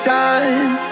time